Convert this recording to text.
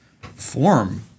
Form